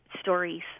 stories